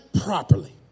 properly